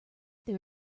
there